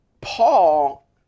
Paul